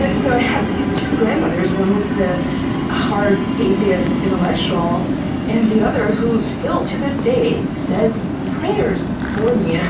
and so i had these two grandmothers one was the hard, atheist intellectual and the other who still to this day says prayers for me and